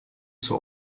zur